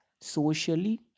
socially